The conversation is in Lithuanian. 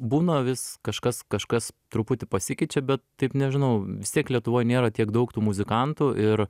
būna vis kažkas kažkas truputį pasikeičia bet taip nežinau vis tiek lietuvoj nėra tiek daug tų muzikantų ir